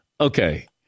Okay